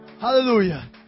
Hallelujah